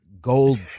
gold